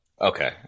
Okay